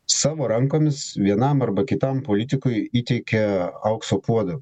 savo rankomis vienam arba kitam politikui įteikia aukso puodą